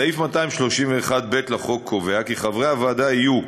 סעיף 231 (ב) לחוק קובע כי "חברי הוועדה יהיו: